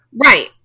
Right